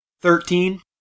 Thirteen